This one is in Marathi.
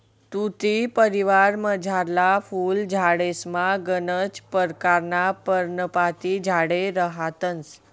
तुती परिवारमझारला फुल झाडेसमा गनच परकारना पर्णपाती झाडे रहातंस